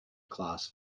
class